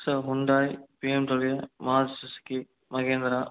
sir Hyundai BMW Maruti Suzuki Mahindra